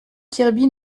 kirby